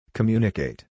Communicate